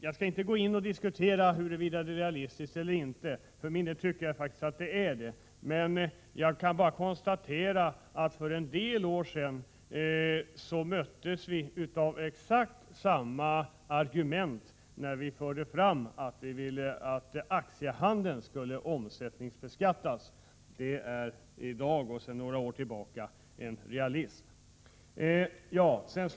Jag skall inte diskutera huruvida det är realistiskt eller inte — för min del tycker jag faktiskt att det är det — men jag kan påminna om att för en del år sedan möttes vi av exakt samma argument när vi förde fram tanken att aktiehandeln skulle omsättningsbeskattas. Det är i dag en realitet.